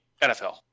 NFL